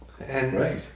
Right